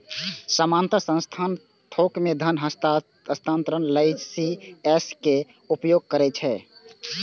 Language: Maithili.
सामान्यतः संस्थान थोक मे धन हस्तांतरण लेल ई.सी.एस के उपयोग करै छै